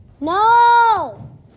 no